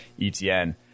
ETN